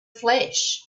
flesh